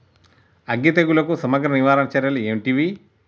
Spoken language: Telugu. అగ్గి తెగులుకు సమగ్ర నివారణ చర్యలు ఏంటివి?